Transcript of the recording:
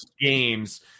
games